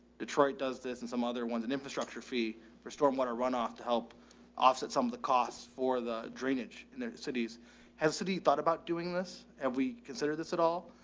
detroit does this and some other ones and infrastructure fee for storm water runoff to help offset some of the costs for the drainage and their cities has a city thought about doing this and we considered this at all.